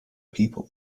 people